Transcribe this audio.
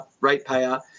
ratepayer